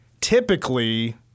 Typically